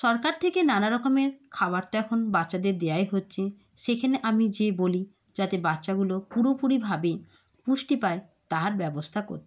সরকার থেকে নানা রকমের খাবার তো এখন বাচ্চাদের দেয়াই হচ্ছে সেখেনে আমি যেয়ে বলি যাতে বাচ্চাগুলো পুরোপুরিভাবে পুষ্টি পায় তার ব্যবস্থা করতে